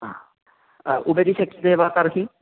हा उपरि शक्यते वा तर्हि